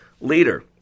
Leader